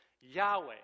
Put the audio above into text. Yahweh